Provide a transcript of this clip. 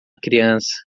criança